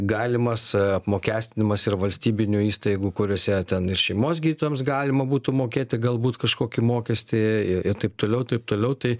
galimas apmokestinimas ir valstybinių įstaigų kuriose ten ir šeimos gydytojams galima būtų mokėti galbūt kažkokį mokestį ir taip toliau taip toliau tai